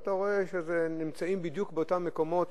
אתה רואה שנמצאים בדיוק באותם מקומות